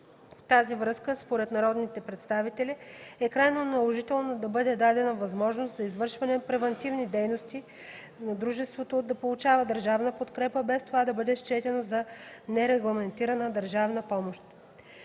тази връзка, според народните представители, е крайно наложително да бъде дадена възможност за извършваните превантивни дейности дружеството да получава държавна подкрепа, без това да бъде счетено за нерегламентирана държавна помощ.